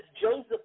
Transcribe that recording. Joseph